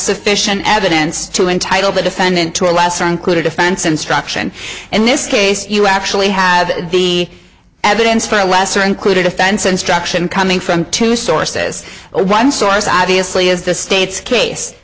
sufficient evidence to entitle the defendant to a lesser included offense instruction in this case you actually have the evidence for a lesser included offense instruction coming from two sources one source obviously is the state's case